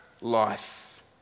life